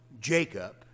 Jacob